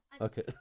Okay